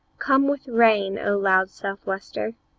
come with rain, o loud southwester!